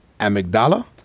amygdala